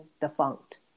defunct